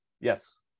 Yes